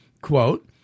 quote